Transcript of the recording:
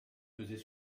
pesait